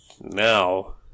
now